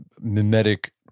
mimetic